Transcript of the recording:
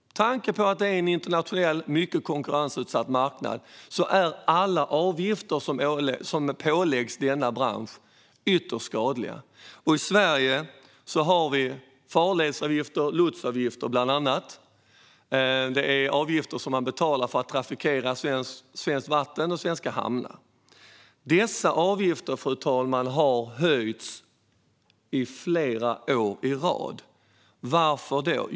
Med tanke på att det är en internationellt mycket konkurrensutsatt marknad är alla avgifter som läggs på denna bransch ytterst skadliga. I Sverige har vi bland annat farledsavgifter och lotsavgifter. Det är avgifter som man betalar för att trafikera svenskt vatten och svenska hamnar. Dessa avgifter, fru talman, har höjts flera år i rad. Varför då?